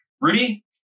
Rudy